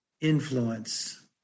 influence